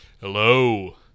Hello